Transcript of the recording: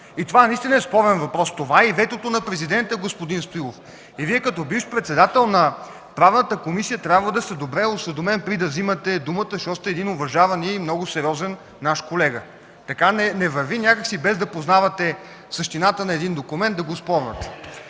Това наистина е спорен въпрос. Това е и ветото на Президента, господин Стоилов. Вие като бивш председател на Правната комисия трябва да сте добре осведомен, преди да взимате думата, защото сте уважаван и много сериозен наш колега. Не върви някак си, без да познавате същината на един документ, да го оспорвате.